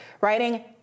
writing